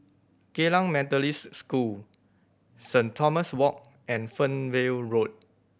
Geylang Methodist School Saint Thomas Walk and Fernvale Road